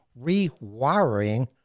rewiring